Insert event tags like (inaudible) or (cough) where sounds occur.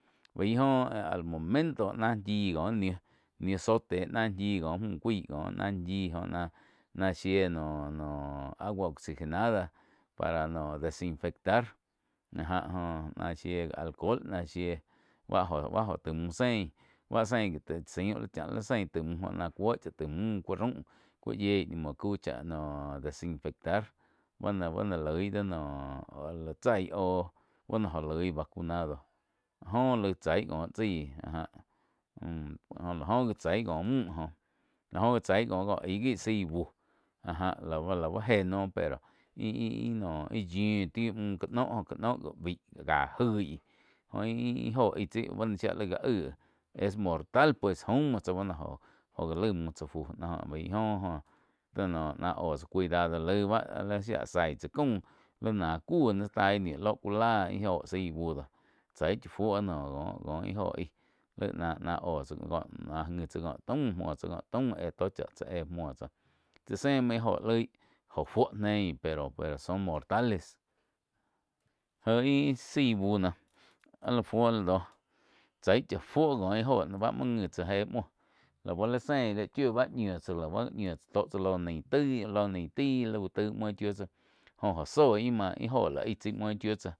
Bai joh al momento nah shí coh nih zote náh shii có müh cuaí joh ná shí jo náh shíe noh agua oxigenada para noh desinfectar áh jo na shie alcohol náh shiéh bá jo- bá jo taig mü sein báh sein gi. Taig saiun cha li sein joh náh cuó chá ti müh ku raum joh ná yieh ni muo cau cha noh desinfectar ba na-bá na loi ih do la chai óhh bu no jo loig vacunado áh jo laig chái có chaí (hesitation) jó la oh gi tsái có müh joh la jo gi tsai co ka aig gi zái búh áh jáh la ba je noh peh ih-ih-ih noh yiu ti muh ka noh ká noh gi baíh ká goig oh íh-íh óho aí bá no shia li cá aig es mortal pues jaum muo tsá ba no joh, oh já lai muhh tsá fu joh baih jo noh náh óho tsá cuidado laig báh shia zaih tsá caum lí ná kuh taíh ni loh ku láh íh óho zai bu dó chái cha fuo noh kó ih óho aig lai na-na oh ngui tsa ko taum, ko taum éh tó cha tsá éh muo tsá tsi ze muo íh óho loi óho fuo neih pero son mortales. Je ih-ih buh noh áh la fuo la doh chái cha fuo ko ih jo no bá muo ngi tsá éh muóh lau li sein chiu bá miu tsá la bá tó tsá lo nain tai lau tai uin chiu tsáh jo-jo zoh y ma ih óho la aih tsai uin chiu tsá.